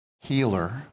healer